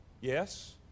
Yes